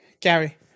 Gary